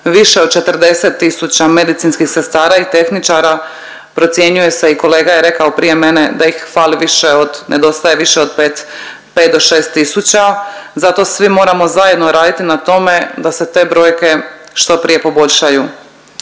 više od 40 000 medicinskih sestara i tehničara procjenjuje se i kolega je rekao prije mene da ih fali više od, nedostaje više od pet do šest tisuća. Zato svi moramo zajedno raditi na tome da se te brojke što prije poboljšaju.